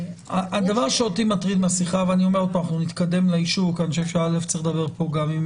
הדבר אותי מטריד בשיחה אנחנו נתקדם לאישור כי צריך לדבר כאן גם עם